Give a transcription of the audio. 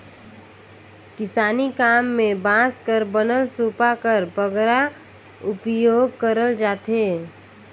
किसानी काम मे बांस कर बनल सूपा कर बगरा उपियोग करल जाथे